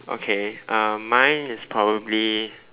okay um mine is probably